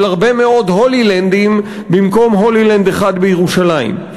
של הרבה מאוד "הולילנדים" במקום "הולילנד" אחד בירושלים.